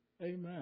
Amen